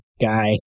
guy